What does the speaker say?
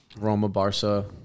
Roma-Barca